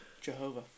Jehovah